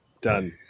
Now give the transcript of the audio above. done